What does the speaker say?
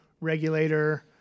regulator